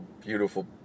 beautiful